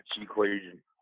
equation